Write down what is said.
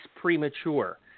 premature